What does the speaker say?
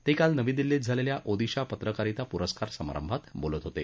ते काल नवी दिल्लीत झालेल्या ओदिशा पत्रकारिता पुरस्कार समारंभात बोलत होते